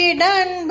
done